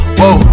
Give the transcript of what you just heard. whoa